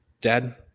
Dad